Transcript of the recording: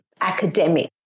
academic